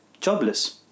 jobless